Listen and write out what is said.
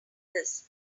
this